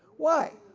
why?